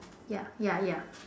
ya ya ya